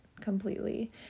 completely